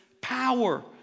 power